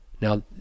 Now